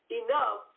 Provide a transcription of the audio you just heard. enough